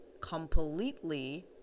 completely